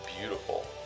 beautiful